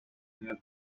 نیاز